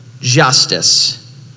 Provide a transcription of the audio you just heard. justice